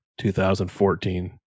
2014